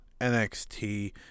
NXT